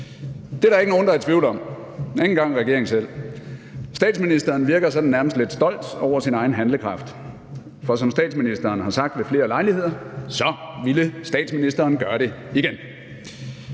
Det er der ikke nogen der er i tvivl om, ikke engang regeringen selv. Statsministeren virker sådan nærmest lidt stolt over sin egen handlekraft, for som statsministeren har sagt ved flere lejligheder, ville statsministeren gøre det igen.